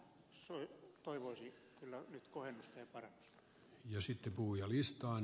tähän toivoisi kyllä nyt kohennusta ja parannusta